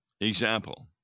Example